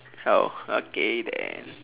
oh okay then